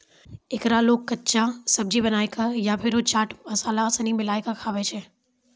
एकरा लोग कच्चा, सब्जी बनाए कय या फेरो चाट मसाला सनी मिलाकय खाबै छै